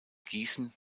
gießen